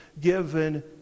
given